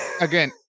Again